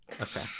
Okay